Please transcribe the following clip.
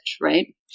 right